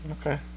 Okay